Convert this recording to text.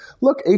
Look